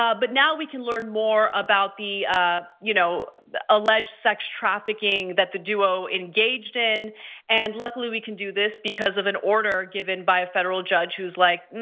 ah but now we can learn more about the ah you know the alleged sex trafficking that the duo engaged in and luckily, we can do this because of an order given by a federal judge who's like,